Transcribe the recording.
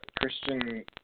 Christian